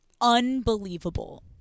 unbelievable